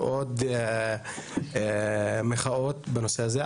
ועוד מחאות בנושא הזה,